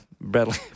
Bradley